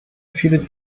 viele